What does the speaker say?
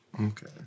okay